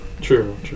True